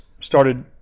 started